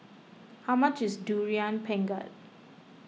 how much is Durian Pengat